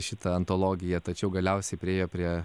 šitą antologiją tačiau galiausiai priėjo prie